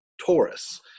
Taurus